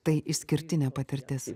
tai išskirtinė patirtis